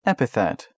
Epithet